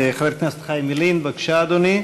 חבר הכנסת חיים ילין, בבקשה, אדוני.